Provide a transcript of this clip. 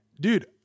dude